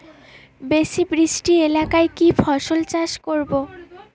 বেশি বৃষ্টি এলাকায় কি ফসল চাষ করব?